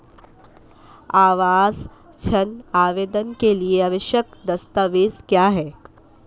आवास ऋण आवेदन के लिए आवश्यक दस्तावेज़ क्या हैं?